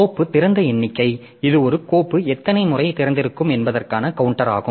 கோப்பு திறந்த எண்ணிக்கை இது ஒரு கோப்பு எத்தனை முறை திறந்திருக்கும் என்பதற்கான கவுண்டராகும்